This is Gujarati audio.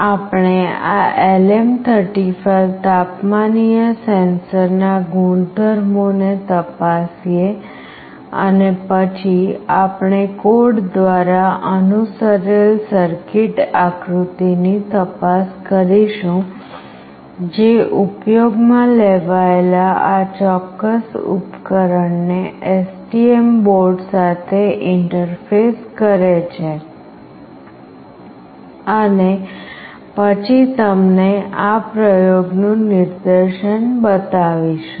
આપણે આ LM35 તાપમાનીય સેન્સર ના ગુણધર્મોને તપાસીએ અને પછી આપણે કોડ દ્વારા અનુસરેલ સર્કિટ આકૃતિની તપાસ કરીશું જે ઉપયોગમાં લેવાયેલા આ ચોક્કસ ઉપકરણ ને STM બોર્ડ સાથે ઇન્ટરફેસ કરે છે અને પછી તમને આ પ્રયોગનું નિદર્શન બતાવીશું